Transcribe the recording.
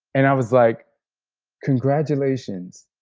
and i was like congratulations.